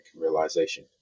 realization